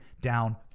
down